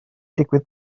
digwydd